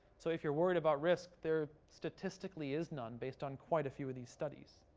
so if you're worried about risk, they're statistically is none based on quite a few of these studies.